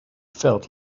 felt